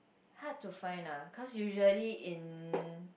hard to find ah cause usually in